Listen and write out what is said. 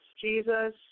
Jesus